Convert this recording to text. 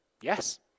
Yes